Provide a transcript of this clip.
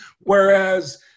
Whereas